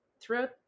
throughout